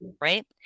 Right